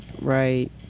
right